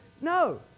no